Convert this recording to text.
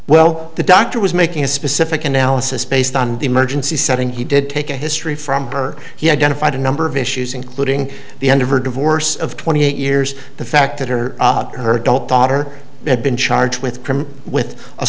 well the doctor was making a specific analysis based on the emergency setting he did take a history from her he identified a number of issues including the end of her divorce of twenty eight years the fact that her her don't daughter have been charged with with